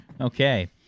Okay